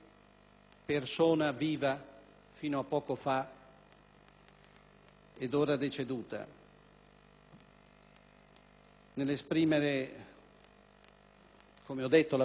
ed ora deceduta. Nell'esprimere, come ho detto, la partecipazione di tutti i componenti del Governo, ma anche